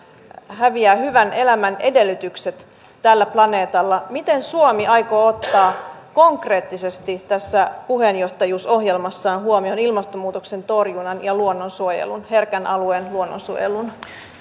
häviävät hyvän elämän edellytykset tällä planeetalla miten suomi aikoo ottaa konkreettisesti tässä puheenjohtajuusohjelmassaan huomioon ilmastonmuutoksen torjunnan ja herkän alueen luonnonsuojelun